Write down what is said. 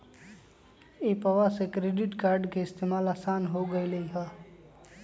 एप्पवा से credit card के इस्तेमाल असान हो गेलई ह